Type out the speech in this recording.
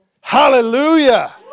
hallelujah